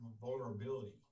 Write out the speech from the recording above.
vulnerability